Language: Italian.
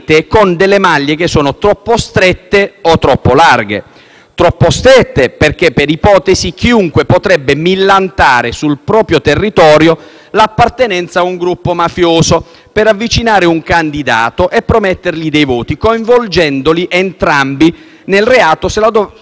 o troppo larghe. Sono troppo strette perché, per ipotesi, chiunque potrebbe millantare sul proprio territorio l'appartenenza a un gruppo mafioso per avvicinare un candidato e promettergli dei voti, coinvolgendoli entrambi nel reato, se questa riforma dovesse andare in porto,